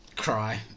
cry